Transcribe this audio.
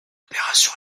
opération